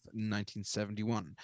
1971